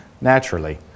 naturally